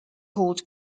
called